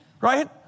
Right